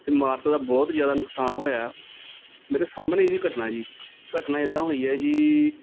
ਇਮਾਰਤ ਦਾ ਬਹੁਤ ਜ਼ਿਆਦਾ ਨੁਕਸਾਨ ਹੋਇਆ ਮੇਰੇ ਸਾਹਮਣੇ ਦੀ ਘਟਨਾ ਹੈ ਜੀ ਘਟਨਾ ਇੱਦਾਂ ਹੋਈ ਹੈ ਜੀ